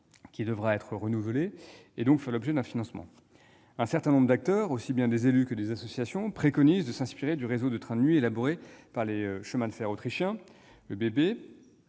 qui devra être renouvelé et donc faire l'objet d'un financement. Un certain nombre d'acteurs, aussi bien des élus que des associations, préconise de s'inspirer du réseau de trains de nuit élaboré par les chemins de fer autrichiens, ÖBB.